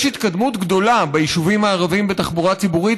יש התקדמות גדולה ביישובים הערביים בתחבורה ציבורית,